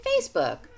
Facebook